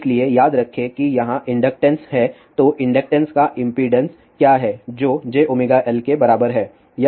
इसलिए याद रखें कि यहाँ इंडक्टेंस है तो इंडक्टेंस का इम्पीडेन्स क्या है जो jωL के बराबर है